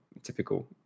typical